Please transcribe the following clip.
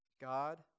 God